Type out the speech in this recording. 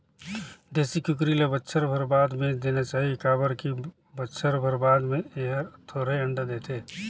देसी कुकरी ल बच्छर भर बाद बेच देना चाही काबर की बच्छर भर बाद में ए हर थोरहें अंडा देथे